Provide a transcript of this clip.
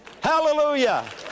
Hallelujah